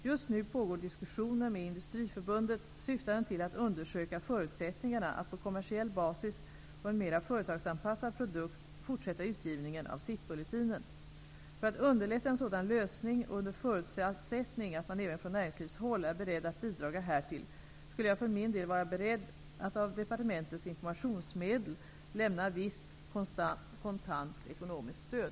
Just nu pågår diskussioner med Industriförbundet syftande till att undersöka förutsättningarna att på kommersiell basis och med en mera företagsanpassad produkt fortsätta utgivningen av SIP-bulletinen. För att underlätta en sådan lösning och under förutsättning att man även från näringslivshåll är beredd att bidraga härtill skulle jag för min del vara beredd att av departementets informationsmedel lämna visst kontant ekonomiskt stöd.